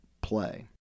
play